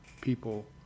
people